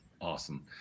Awesome